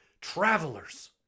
travelers